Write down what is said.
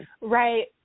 Right